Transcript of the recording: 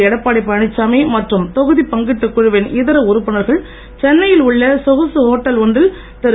எடப்பாடி பழனிசாமி மற்றும் தொகுதிப் பங்கீட்டுக் குழுவின் இதர உறுப்பினர்கள் சென்னையில் உள்ள சொகுசு ஓட்டல் ஒன்றில் திரு